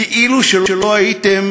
כאילו לא אתם,